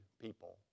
people